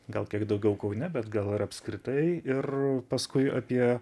gal kiek daugiau kaune bet gal ir apskritai ir paskui apie